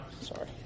Sorry